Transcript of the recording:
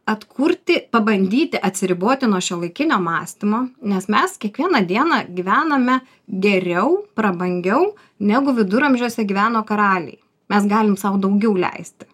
atkurti pabandyti atsiriboti nuo šiuolaikinio mąstymo nes mes kiekvieną dieną gyvename geriau prabangiau negu viduramžiuose gyveno karaliai mes galim sau daugiau leisti